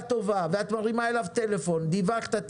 טובה ואת מרימה אליו טלפון: דיווחת,